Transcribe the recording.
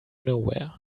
nowhere